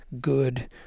good